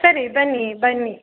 ಸರಿ ಬನ್ನಿ ಬನ್ನಿ